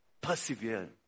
persevere